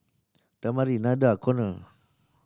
Damari Nada Konner